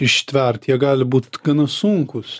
ištverti jie gali būt gana sunkūs